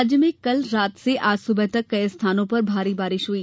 राज्य में कल रात से आज सुबह तक कई स्थानों पर भारी बारिश हुई